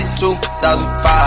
2005